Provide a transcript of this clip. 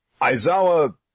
Aizawa